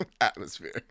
atmosphere